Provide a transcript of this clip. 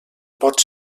pot